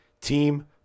team